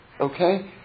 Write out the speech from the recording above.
Okay